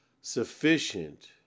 Sufficient